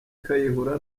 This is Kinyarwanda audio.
kayihura